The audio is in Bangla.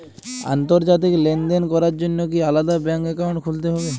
আন্তর্জাতিক লেনদেন করার জন্য কি আলাদা ব্যাংক অ্যাকাউন্ট খুলতে হবে?